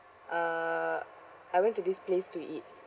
uh I went to this place to eat